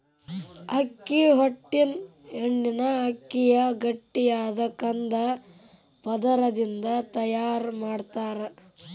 ಅಕ್ಕಿ ಹೊಟ್ಟಿನ ಎಣ್ಣಿನ ಅಕ್ಕಿಯ ಗಟ್ಟಿಯಾದ ಕಂದ ಪದರದಿಂದ ತಯಾರ್ ಮಾಡ್ತಾರ